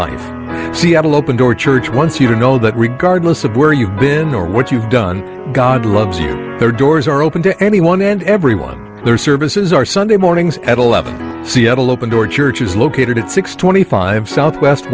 life seattle open door church once you know that regardless of where you've been or what you've done god loves you the doors are open to anyone and everyone their services are sunday mornings at eleven seattle open door church is located at six twenty five south west